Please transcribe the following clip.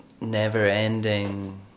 never-ending